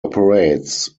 operates